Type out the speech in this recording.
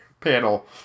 panel